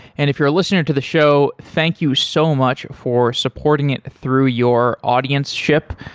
and if you're a listener to the show, thank you so much for supporting it through your audienceship.